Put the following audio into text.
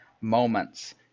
moments